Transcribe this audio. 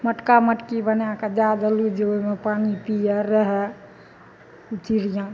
मटका मटकी बनाय कऽ दए देली जे ओइमे पानि पियै रहय चिड़ियाँ